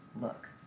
look